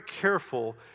careful